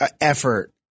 effort